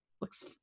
looks